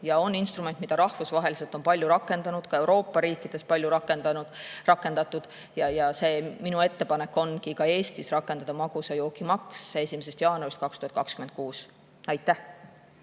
on see instrument, mida rahvusvaheliselt on palju rakendatud, ka Euroopa riikides on palju rakendatud. Minu ettepanek ongi ka Eestis rakendada magusa joogi maksu 1. jaanuarist 2026. Aitäh!